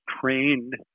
trained